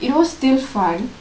it was still fun